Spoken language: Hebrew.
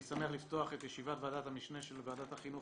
אני שמח לפתוח את ישיבת ועדת המשנה של ועדת החינוך,